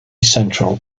central